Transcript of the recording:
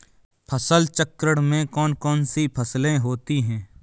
फसल चक्रण में कौन कौन सी फसलें होती हैं?